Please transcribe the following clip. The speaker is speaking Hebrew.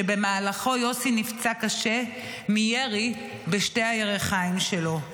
שבמהלכו יוסי נפצע קשה מירי בשתי הירכיים שלו.